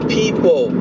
people